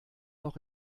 noch